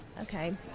okay